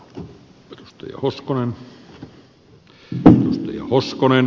arvoisa herra puhemies